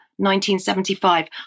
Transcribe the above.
1975